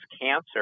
cancer